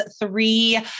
three